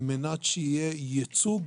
על-מנת שיהיה ייצוג